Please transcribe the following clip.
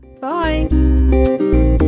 Bye